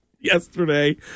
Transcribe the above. yesterday